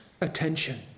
attention